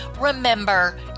Remember